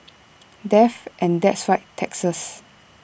death and that's right taxes